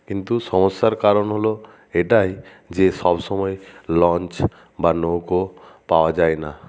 কিন্তু সমস্যার কারণ হল এটাই যে সব সময় লঞ্চ বা নৌকো পাওয়া যায় না